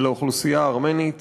של האוכלוסייה הארמנית.